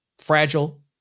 fragile